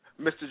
Mr